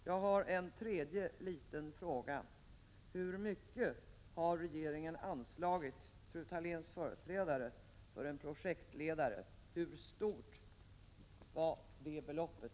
Jag har en tredje liten fråga: Hur mycket har regeringen genom fru Thaléns företrädare anslagit för en projektledare? Hur stort är det beloppet?